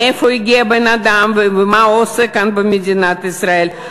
מאיפה הגיע בן-אדם ומה הוא עושה כאן במדינת ישראל.